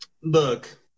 Look